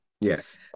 Yes